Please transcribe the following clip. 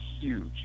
huge